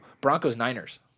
Broncos-Niners